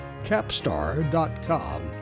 Capstar.com